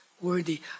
Worthy